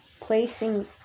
placing